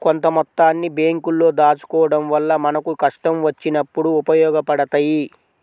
కొంత మొత్తాన్ని బ్యేంకుల్లో దాచుకోడం వల్ల మనకు కష్టం వచ్చినప్పుడు ఉపయోగపడతయ్యి